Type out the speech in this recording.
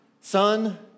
son